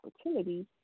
opportunities